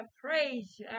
praise